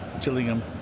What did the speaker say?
Chillingham